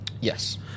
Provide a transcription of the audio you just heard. Yes